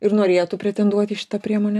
ir norėtų pretenduoti į šitą priemonę